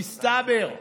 מסתבר.